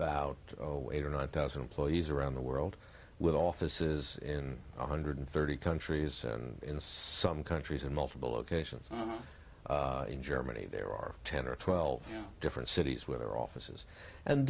about eight or nine thousand employees around the world with offices in one hundred and thirty countries and in some countries in multiple locations in germany there are ten or twelve different cities with their offices and